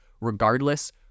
Regardless